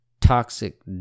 toxic